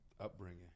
Upbringing